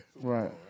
Right